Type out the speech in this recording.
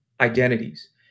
identities